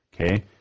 Okay